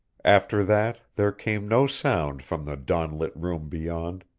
after that there came no sound from the dawn-lit room beyond,